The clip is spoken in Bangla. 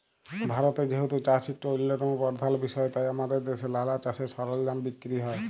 ভারতে যেহেতু চাষ ইকট অল্যতম পরধাল বিষয় তাই আমাদের দ্যাশে লালা চাষের সরলজাম বিক্কিরি হ্যয়